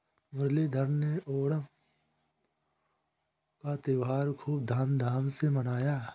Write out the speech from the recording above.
मुरलीधर ने ओणम का त्योहार खूब धूमधाम से मनाया